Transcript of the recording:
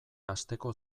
asteko